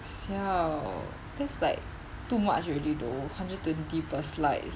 siao that's like too much already tho hundred twenty plus slides